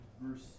verse